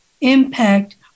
impact